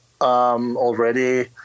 already